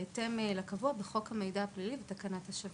בהתאם לקבוע בחוק המידע הפלילי ותקנת השווים.